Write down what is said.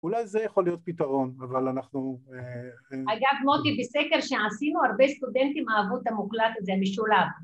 ‫אולי זה יכול להיות פתרון, אבל אנחנו... ‫אגב, מוטי, בסקר שעשינו, ‫הרבה סטודנטים אהבו את המוקלט הזה משולב.